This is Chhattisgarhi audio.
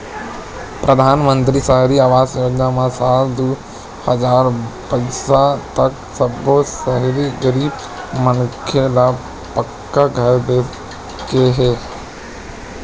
परधानमंतरी सहरी आवास योजना म साल दू हजार बाइस तक सब्बो सहरी गरीब मनखे ल पक्का घर दे के हे